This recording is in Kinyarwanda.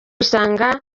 usanga